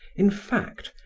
in fact,